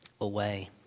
away